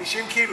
90 קילו.